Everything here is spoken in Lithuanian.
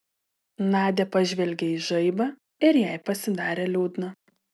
nadia pažvelgė į žaibą ir jai pasidarė liūdna